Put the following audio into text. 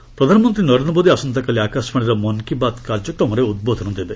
PM Mann ki Baat ପ୍ରଧାନମନ୍ତ୍ରୀ ନରେନ୍ଦ୍ର ମୋଦି ଆସନ୍ତାକାଲି ଆକାଶବାଣୀର ମନ୍ କି ବାତ କାର୍ଯ୍ୟକ୍ରମରେ ଉଦ୍ବୋଧନ ଦେବେ